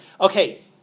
Okay